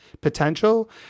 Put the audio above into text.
potential